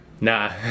Nah